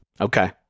okay